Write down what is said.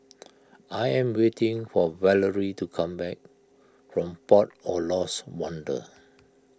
I am waiting for Valery to come back from Port of Lost Wonder